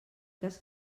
cas